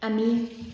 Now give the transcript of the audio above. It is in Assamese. আমি